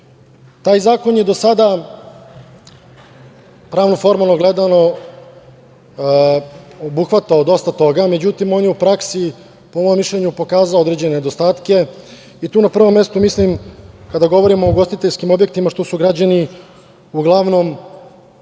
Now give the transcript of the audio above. zakon je do sada pravno-formalno gledano, obuhvatao dosta toga, međutim, on je u praksi, po mom mišljenju pokazao određene nedostatke. Na prvom mestu mislim, kada govorimo o ugostiteljskim objektima, što su građani uglavnom